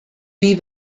wie